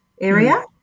area